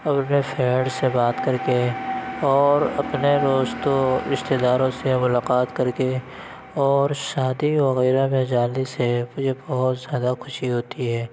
اور اپنے فرینڈ سے بات کر کے اور اپنے دوستوں رشتہ داروں سے ملاقات کر کے اور شادی وغیرہ میں جانے سے بھی بہت زیادہ خوشی ہوتی ہے